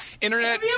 Internet